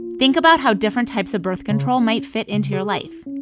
think about how different types of birth control might fit into your life.